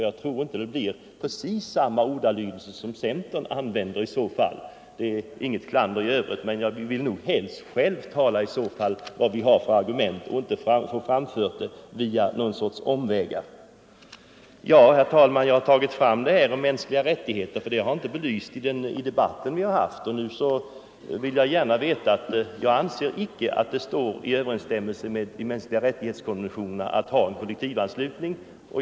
Jag tror nämligen inte att han har samma ordalydelse som centern använder. Det är inget klander mot Sten Andersson i övrigt, men jag vill nog hellre själv anföra våra argument. Jag har talat om de mänskliga rättigheterna, för detta har inte belysts i debatten. Jag anser inte att det står i överensstämmelse med konventionen om de mänskliga rättigheterna att ha kollektivanslutning.